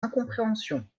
incompréhension